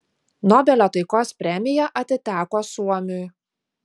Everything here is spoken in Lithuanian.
nobelio taikos premija atiteko suomiui